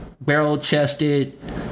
barrel-chested